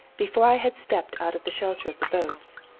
before i had stepped out of the shelter of the boats,